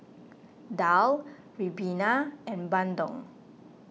Daal Ribena and Bandung